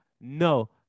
No